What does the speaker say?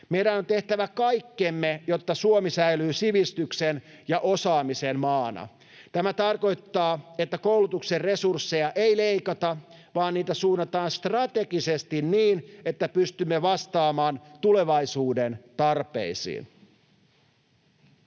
Meidän on tehtävä kaikkemme, jotta Suomi säilyy sivistyksen ja osaamisen maana. Tämä tarkoittaa, että koulutuksen resursseja ei leikata vaan niitä suunnataan strategisesti niin, että pystymme vastaamaan tulevaisuuden tarpeisiin.